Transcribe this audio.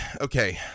Okay